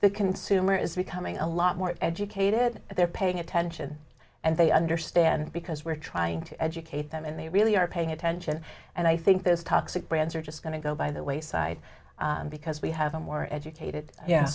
the consumer is becoming a lot more educated and they're paying attention and they understand because we're trying to educate them and they really are paying attention and i think those toxic brands are just going to go by the wayside because we have a more educated